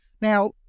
Now